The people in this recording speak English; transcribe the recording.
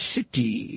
City